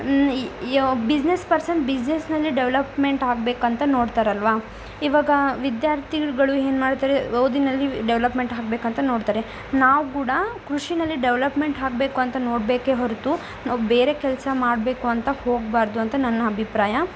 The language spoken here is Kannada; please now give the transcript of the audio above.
ಬಿಸ್ನೆಸ್ ಪರ್ಸನ್ ಬಿಸಿನೆಸ್ನಲ್ಲಿ ಡೆವಲಪ್ಮೆಂಟ್ ಆಗಬೇಕಂತ ನೋಡ್ತಾರಲ್ವಾ ಇವಾಗ ವಿದ್ಯಾರ್ಥಿಗಳು ಏನ್ ಮಾಡ್ತಾರೆ ಓದಿನಲ್ಲಿ ಡೆವಲಪ್ಮೆಂಟ್ ಆಗ್ಬೇಕಂತ ನೋಡ್ತಾರೆ ನಾವು ಕೂಡ ಕೃಷಿಯಲ್ಲೇ ಡೆವಲಪ್ಮೆಂಟ್ ಆಗ್ಬೇಕು ಅಂತ ನೋಡಬೇಕೇ ಹೊರತು ಬೇರೆ ಕೆಲಸ ಮಾಡಬೇಕು ಅಂತ ಹೋಗಬಾರ್ದು ಅಂತ ನನ್ನ ಅಭಿಪ್ರಾಯ